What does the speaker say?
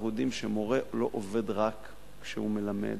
אנחנו יודעים שמורה לא עובד רק כשהוא מלמד,